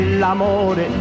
l'amore